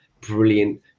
brilliant